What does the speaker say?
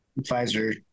Pfizer